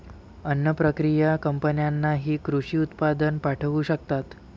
अन्न प्रक्रिया कंपन्यांनाही कृषी उत्पादन पाठवू शकतात